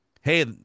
hey